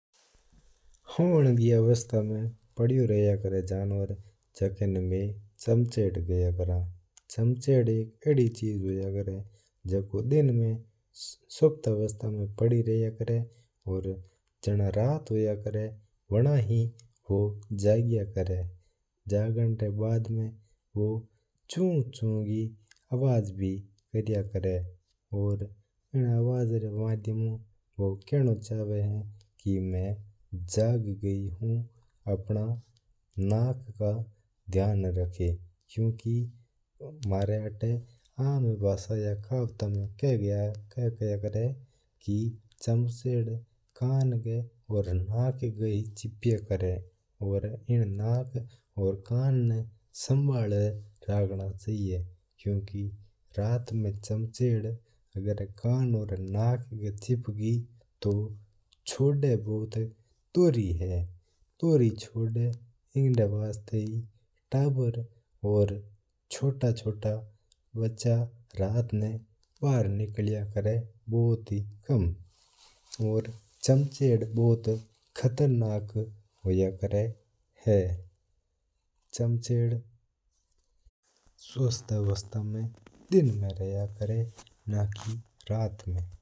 होवन री अवस्था मं पड़्यो दो रिया कर है जणवर जका ना में चमचेड किया करा है। चमचड़ एक अदि चीज होया कर है जको दिन में सुप्ता अवस्था में पड्यो रेवा है। औऱ जणा रात होया कर है वणा ही बूं जगया कर है जजण री बाद में बूं चू चू की आवाज भी करया करे है। औऱ बूं इन आवाज का माध्यम ऊ खेबो चवा है की में जग्ग गियो हूं आपणो नाक को ध्यान रखो। क्यूंकि म्हारा आता आम भाषा या खावत में खेवा है की चमचड़ नाक का और कान का ही बातको भरया कर है जू इनो ध्यान रखना चईजा। क्यूंकि अगर चमचड़ नाक या कान का विप्प गी तो छोडा कोणी।